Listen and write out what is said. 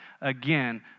Again